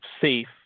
safe